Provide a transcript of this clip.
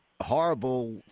horrible